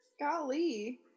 golly